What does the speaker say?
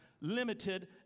limited